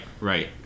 right